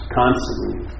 constantly